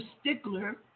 stickler